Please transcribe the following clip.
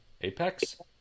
Apex